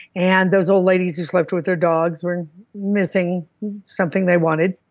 and those old ladies who slept with their dogs were missing something they wanted.